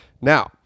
Now